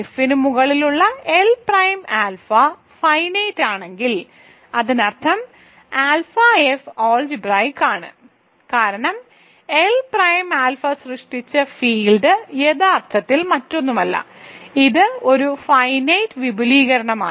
എഫിന് മുകളിലുള്ള L prime alpha finite ആണെങ്കിൽ അതിനർത്ഥം ആൽഫ എഫ് അൾജിബ്രായിക്ക് ആണ് കാരണം എൽ പ്രൈം ആൽഫ സൃഷ്ടിച്ച ഫീൽഡ് യഥാർത്ഥത്തിൽ മറ്റൊന്നുമല്ല ഇത് ഒരു ഫൈനൈറ്റ് വിപുലീകരണമാണ്